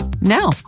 Now